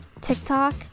TikTok